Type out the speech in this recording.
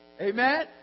Amen